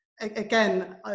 Again